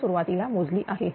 आपण सुरुवातीला मोजली आहे